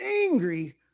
angry